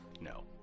No